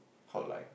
hotline